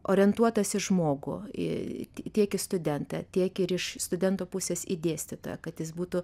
orientuotas į žmogų į tiek į studentą tiek ir iš studento pusės į dėstytoją kad jis būtų